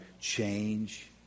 change